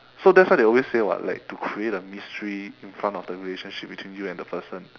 so that's way they always say [what] like to create a mystery in front of the relationship between you and the person